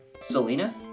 Selena